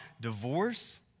divorce